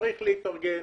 צריך להתארגן.